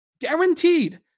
guaranteed